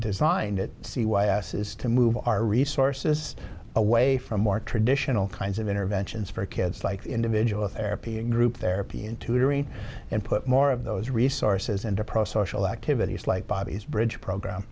designed it c y s is to move our resources away from more traditional kinds of interventions for kids like individual therapy and group therapy in tutoring and put more of those resources into pro social activities like bobby's brit program